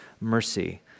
mercy